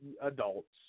adults